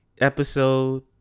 episode